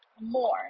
more